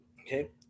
Okay